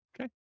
okay